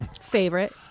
Favorite